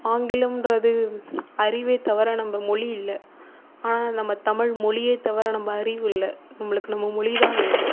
ஆங்கிலம்கிறது அறிவே தவிர நம்ம மொழி இல்லை ஆனால் நம்ம தமிழ் மொழியே தவிர நம்ம அறிவு இல்லை நம்மளுக்கு நம்ம மொழிதான் வேணும்